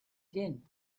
din